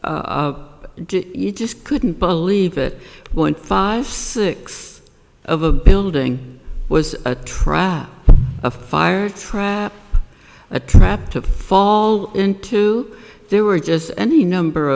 e you just couldn't believe it went five six of a building was a trap a fire trap a trap to fall into there were just any number